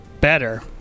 Better